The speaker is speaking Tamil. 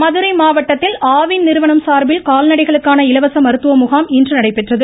இருவரி மதுரை மாவட்டத்தில் ஆவின் நிறுவனம் சார்பில் கால்நடைகளுக்கான இலவச மருத்துவ முகாம் இன்று நடைபெற்றது